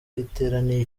iteraniye